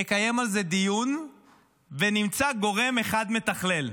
נקיים על זה דיון ונמצא גורם אחד מתכלל.